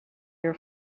your